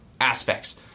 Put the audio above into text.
aspects